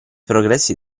progressi